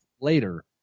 later